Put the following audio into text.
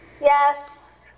yes